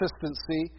consistency